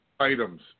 items